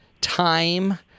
time